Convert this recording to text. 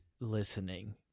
listening